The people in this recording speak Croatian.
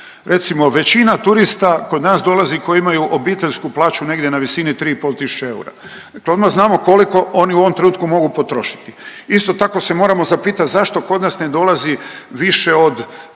Recimo većina turista kod nas dolazi koji imaju obiteljsku plaću negdje na visini 3,5 tisuće eura, dakle odma znamo koliko oni u ovom trenutku mogu potrošiti. Isto tako se moramo zapitat zašto kod nas ne dolazi više od